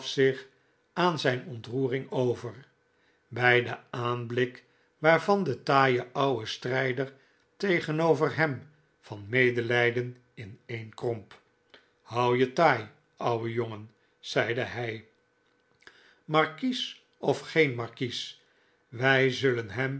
zich aan zijn ontroering over bij den aanblik waarvan de taaie ouwe strijder tegenover hem van rnedelijden ineenkromp hou je taai ouwe jongen zeide hij markies of geen markies wij zullen hem